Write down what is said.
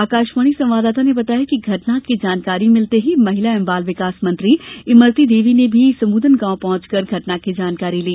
आकाशवाणी संवाददाता ने बताया है कि घटना की जानकारी मिलते ही महिला एवं बाल विकास मंत्री इमरती देवी ने भी समूदन पहुँचकर घटना की जानकारी ली